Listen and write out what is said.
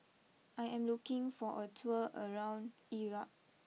I am looking for a tour around Iraq